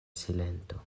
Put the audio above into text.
silento